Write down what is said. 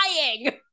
dying